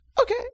Okay